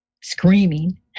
screaming